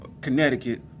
Connecticut